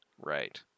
Right